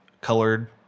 colored